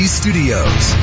studios